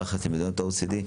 ביחס למדינות ה-OECD,